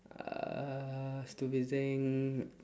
uh stupid thing